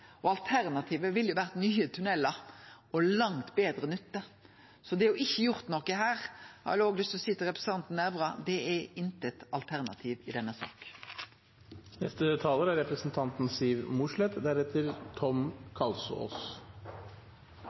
og alternativet ville ha vore nye tunnelar og langt betre nytte. Så det å ikkje gjere noko her, har eg òg lyst til å seie til representanten Nævra, er ikkje noko alternativ i denne